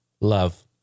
Love